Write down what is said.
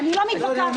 אני לא מתווכחת.